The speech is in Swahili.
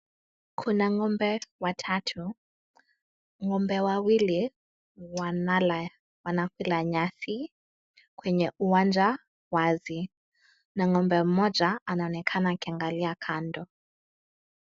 Kuna ngombe watatu, ngombe wawili wanakula nyasi kwenye uwanja wazi na ngombe mmoja anaonekana akiangalia kando.